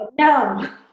no